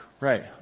right